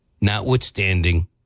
notwithstanding